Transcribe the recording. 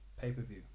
pay-per-view